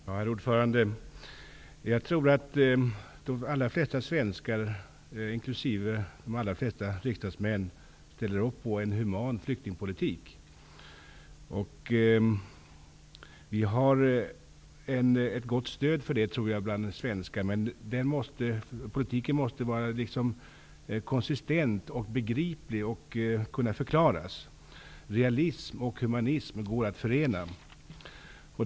Herr talman! Jag tror att de flesta svenskar, inkl. de flesta riksdagsmän, ställer upp på en human flyktingpolitik. Vi har, tror jag, ett gott stöd för detta hos de flesta svenskar. Men politiken måste vara konsistent och begriplig. Realism och humanism går att förena.